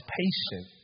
patient